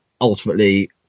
ultimately